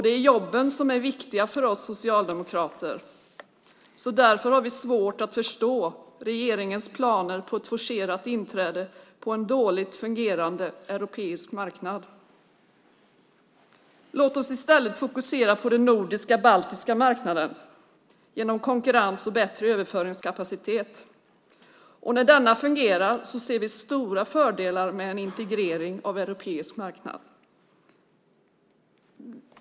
Det är jobben som är viktiga för oss socialdemokrater, och därför har vi svårt att förstå regeringens planer på ett forcerat inträde till en dåligt fungerande europeisk marknad. Låt oss i stället fokusera på den nordisk-baltiska marknaden genom konkurrens och bättre överföringskapacitet. När den fungerar ser vi stora fördelar med en integrering av europeisk marknad.